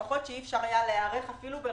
לפחות שאי אפשר היה להיערך אפילו לא